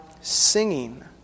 singing